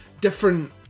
different